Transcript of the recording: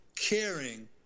caring